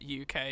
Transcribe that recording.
UK